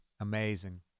amazing